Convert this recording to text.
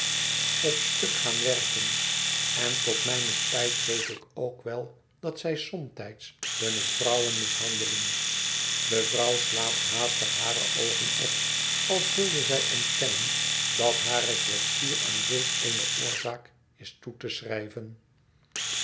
op stuk gaan werken en tot mijne spijt weet ik ook wel dat zij somtijds hunne vrouwen mishandelen de vrouw slaat haastig hare oogen op als wilde zij ontkennen dat hare kwetsuur aan zulk eene oorzaak is toe te schrijven